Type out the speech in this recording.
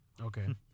Okay